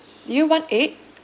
do you want egg